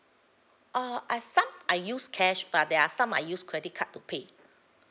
uh ah some I used cash but there are some I used credit card to pay